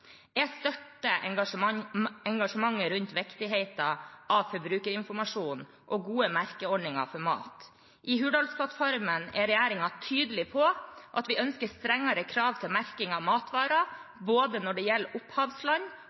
Jeg støtter engasjementet rundt viktigheten av forbrukerinformasjonen og gode merkeordninger for mat. I Hurdalsplattformen er regjeringen tydelig på at vi ønsker strengere krav til merking av matvarer, både når det gjelder opphavsland